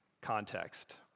context